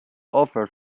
offer